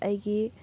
ꯑꯩꯒꯤ